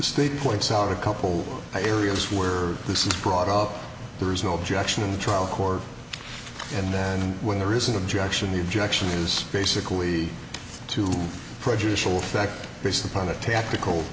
state courts are a couple i realize where this is brought up there is no objection in the trial court and then when there is an objection the objection is basically to prejudicial fact based upon a tactical